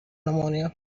pneumonia